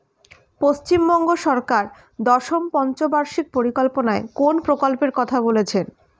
পশ্চিমবঙ্গ সরকার দশম পঞ্চ বার্ষিক পরিকল্পনা কোন প্রকল্প কথা বলেছেন?